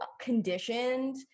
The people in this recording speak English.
conditioned